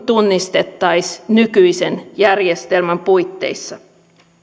kuin tunnistettaisiin nykyisen järjestelmän puitteissa